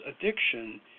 addiction